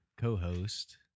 co-host